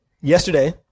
yesterday